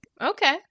Okay